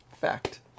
Fact